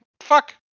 Fuck